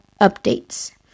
updates